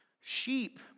sheep